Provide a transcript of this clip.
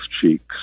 cheeks